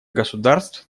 государств